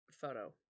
photo